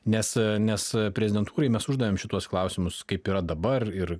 nes nes prezidentūrai mes uždavėm šituos klausimus kaip yra dabar ir